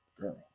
girl